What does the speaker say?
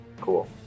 Cool